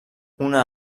una